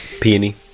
Peony